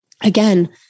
Again